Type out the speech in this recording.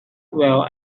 while